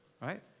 right